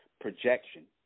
projection